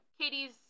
Katie's